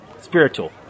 Spiritual